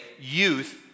youth